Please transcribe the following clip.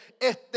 este